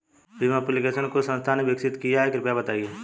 Bhim application को किस संस्था ने विकसित किया है कृपया बताइए?